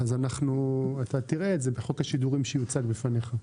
אתה תראה את זה בחוק השידורים כשיוצג בפניך,